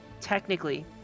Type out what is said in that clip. technically